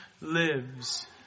lives